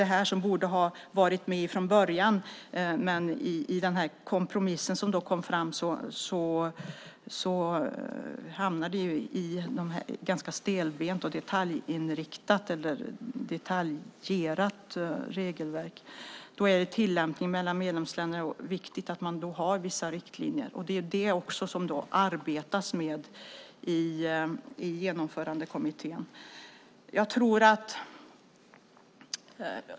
Det här borde naturligtvis ha varit med från början, men i kompromissen som kom fram hamnade vi i ett ganska stelbent och detaljerat regelverk. Vid tillämpningen i medlemsländerna är det viktigt att man har vissa riktlinjer. Det är det som man arbetar med i genomförandekommittén.